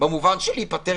גם הם פועלים